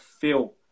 feel